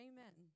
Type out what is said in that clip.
Amen